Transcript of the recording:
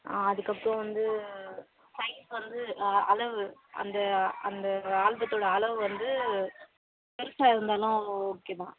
ஆ அதுக்கப்புறம் வந்து சைஸ் வந்து அளவு அந்த அந்த ஆல்பத்தோடய அளவு வந்து பெரிசா இருந்தாலும் ஓகே தான்